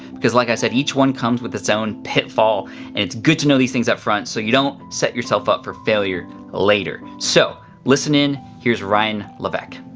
because like i said, each one comes with it's own pitfall and it's good to know these things upfront so you don't set yourself up for failure later. so, listen in. here's ryan levesque.